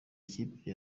ikipe